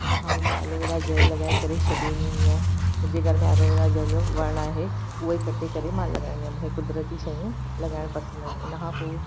उन खां पोइ मां एलोवेरा जेल लॻाए करे छॾे ॾींदी आहियां मुंहिंजे घर में ऐलोवेरा जेल जो वण आहे उहो ई कटे करे मां लॻाईंदी आहियां मूंखे क़ुदिरती शयूं लॻाइण पसंदि आहिनि उन खां पोइ